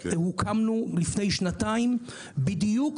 הוקמנו לפני שנתיים בדיוק